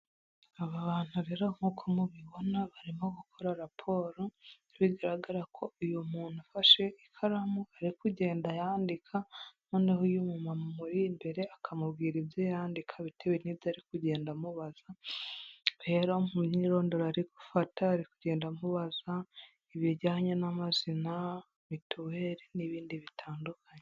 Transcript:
Aba bantu rero nk'uko mubibona barimo gukora raporo, bigaragara ko uyu muntu afashe ikaramu ari kugenda yandika noneho uyu mumamuri umuri imbere akamubwira ibyo yandika bitewe n'ibyo ari kugenda amubaza, mu myirondoro ari gufata ari kugenda amubaza ibijyanye n'amazina, mituweli n'ibindi bitandukanye.